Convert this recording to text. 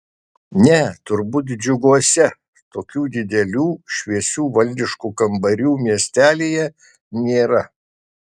ne turbūt džiuguose tokių didelių šviesių valdiškų kambarių miestelyje nėra